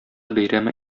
бәйрәме